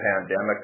pandemic